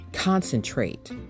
concentrate